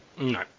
No